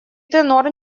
тенор